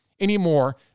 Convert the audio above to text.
anymore